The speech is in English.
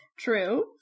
True